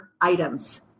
items